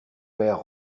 père